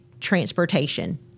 transportation